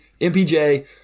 MPJ